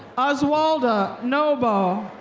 oswaldo naboa.